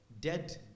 dead